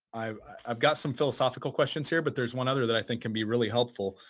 i've i've got some philosophical questions here but there's one other that i think can be really helpful,